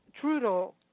Trudeau